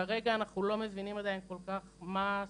כרגע, אנחנו לא מבינים עדיין כל כך מה הסטטוס,